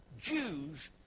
Jews